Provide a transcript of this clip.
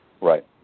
Right